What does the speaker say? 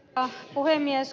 herra puhemies